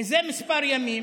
מזה כמה ימים